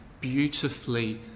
beautifully